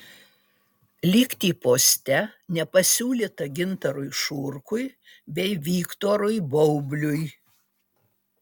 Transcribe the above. likti poste nepasiūlyta gintarui šurkui bei viktorui baubliui